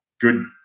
good